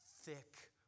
thick